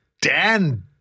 Dan